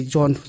John